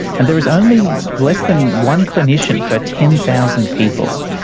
and there is only less than one clinician per ten thousand people.